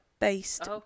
based